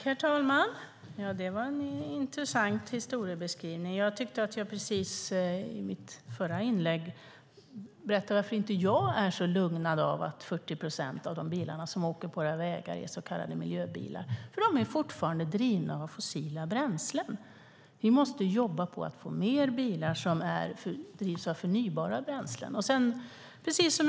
Herr talman! Det var en intressant historieskrivning. Jag tyckte att jag i mitt förra inlägg berättade varför jag inte är så lugnad av att 40 procent av bilarna som åker på våra vägar är så kallade miljöbilar. De är fortfarande drivna av fossila bränslen. Vi måste jobba på att fler bilar ska drivas av förnybara bränslen.